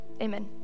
Amen